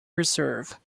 reserve